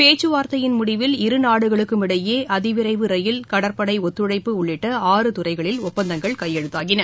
பேச்சுவார்த்தையின் முடிவில் இரு நாடுகளுக்கும் இடையே அதிவிரைவு ரயில் கடற்படை ஒத்துழைப்பு உள்ளிட்ட ஆறு துறைகளில் ஒப்பந்தங்கள் கையெழுத்தாயின